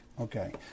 Okay